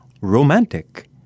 romantic